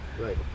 Right